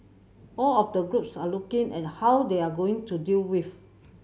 all of the groups are looking and how they are going to deal with